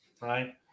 Right